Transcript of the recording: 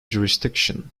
jurisdiction